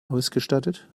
ausgestattet